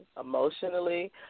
emotionally